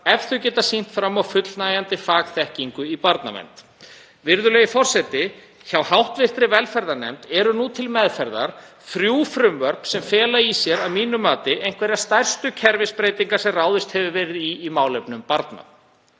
ef þau geta sýnt fram á fullnægjandi fagþekkingu í barnavernd. Virðulegi forseti. Hjá hv. velferðarnefnd eru nú til meðferðar þrjú frumvörp sem fela í sér að mínu mati einhverjar stærstu kerfisbreytingar sem ráðist hefur verið í í málefnum barna.